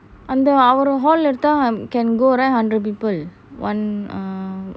அந்த ஒரு:antha oru hall எடுத்த:edutha can go right hundred people one err